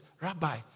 Rabbi